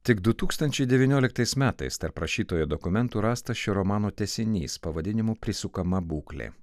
tik du tūkstančiai devynioliktais metais tarp rašytojo dokumentų rastas šio romano tęsinys pavadinimu prisukama būklė